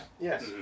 Yes